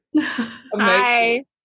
Hi